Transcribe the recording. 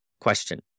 question